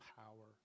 power